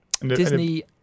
Disney